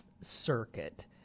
Circuit